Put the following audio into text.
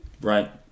Right